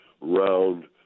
round